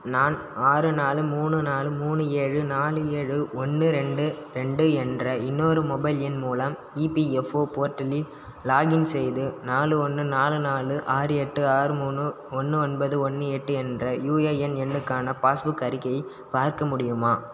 நான் ஆறு நாலு மூணு நாலு மூணு ஏழு நாலு ஏழு ஒன்னு ரெண்டு ரெண்டு என்ற இன்னொரு மொபைல் எண் மூலம் இபிஎஃப்ஓ போர்ட்டலில் லாகின் செய்து நாலு ஒன்று நாலு நாலு ஆறு எட்டு ஆறு மூணு ஒன்று ஒன்பது ஒன்று எட்டு என்ற யுஏஎன் எண்ணுக்கான பாஸ்புக் அறிக்கையை பார்க்க முடியுமா